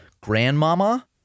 grandmama